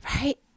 Right